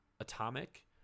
Atomic